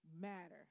Matter